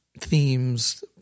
themes